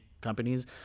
companies